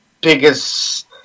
biggest